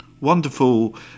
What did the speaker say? wonderful